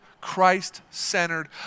Christ-centered